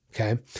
Okay